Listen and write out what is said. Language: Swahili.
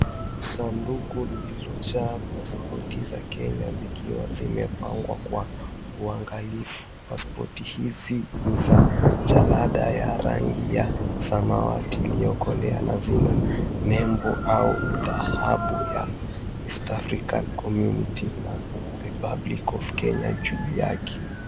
Sanduku lililojaa paspoti za Kenya zikiwa zimepangwa kwa uangalifu. Paspoti hizi ni za jalada ya rangi ya samawati iliyokolea na zina nembo au dhahabu ya East African community republican of Kenya juu yake.